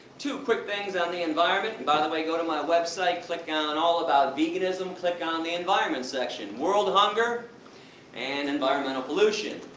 two quick things on the environment, and by the way go to my website, click on all about veganism, click on the environment section, world hunger and environmental pollution.